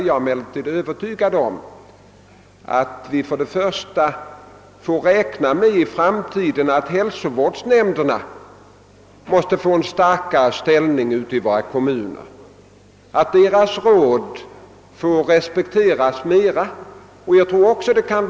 Jag är också övertygad om att hälsovårdsnämnderna i framtiden måste få en starkare ställning och att deras råd måste respekteras i större utsträckning än vad som nu är fallet.